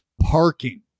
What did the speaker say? Parking